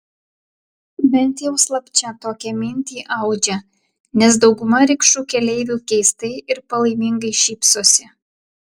bent jau slapčia tokią mintį audžia nes dauguma rikšų keleivių keistai ir palaimingai šypsosi